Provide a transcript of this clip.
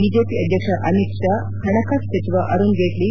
BJP ಅಧ್ಯಕ್ಷ ಅಮಿತ್ ಷಾ ಪಣಕಾಸು ಸಚಿವ ಅರುಣ್ ಜೇಟ್ಲ